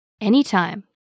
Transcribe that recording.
anytime